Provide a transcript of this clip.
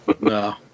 No